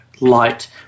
light